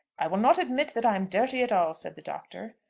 i will not admit that i am dirty at all, said the doctor.